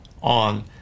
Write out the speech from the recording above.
on